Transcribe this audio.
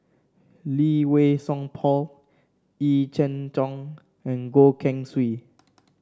Lee Wei Song Paul Yee Jenn Jong and Goh Keng Swee